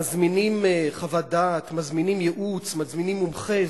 מזמינים חוות דעת, מזמינים ייעוץ, מזמינים מומחה.